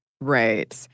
Right